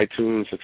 iTunes